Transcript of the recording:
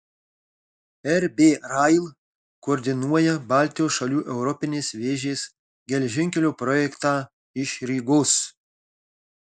rb rail koordinuoja baltijos šalių europinės vėžės geležinkelio projektą iš rygos